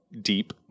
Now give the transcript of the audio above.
deep